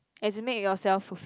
as in make yourself fulfilled